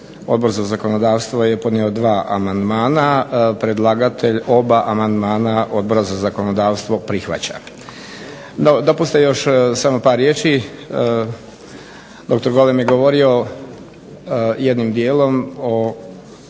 Odbor za zakonodavstvo je podnio dva amandmana. Predlagatelj oba amandmana Odbora za zakonodavstvo prihvaća. Dopustite još samo par riječi. Doktor Golem je govorio jednim dijelom,